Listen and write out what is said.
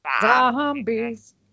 Zombies